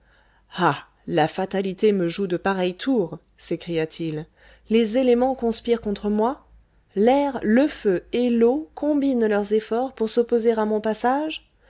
ah la fatalité me joue de pareils tours s'écria-t-il les éléments conspirent contre moi l'air le feu et l'eau combinent leurs efforts pour s'opposer à mon passage